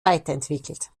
weiterentwickelt